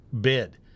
bid